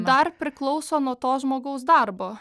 dar priklauso nuo to žmogaus darbo